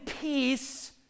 peace